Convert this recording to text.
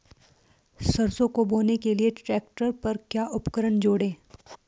सरसों को बोने के लिये ट्रैक्टर पर क्या उपकरण जोड़ें?